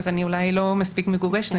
אז אולי אני לא מספיק מגובשת.